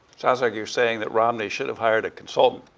sounds like you're saying that romney should have hired a consultant.